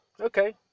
Okay